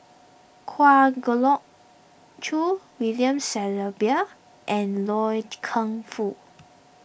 Kwa Geok Choo William Shellabear and Loy Keng Foo